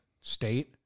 state